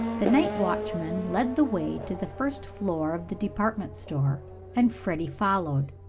the night watchman led the way to the first floor of the department store and freddie followed,